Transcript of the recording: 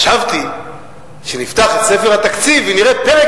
חשבתי שנפתח את ספר התקציב ונראה פרק